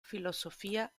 filosofía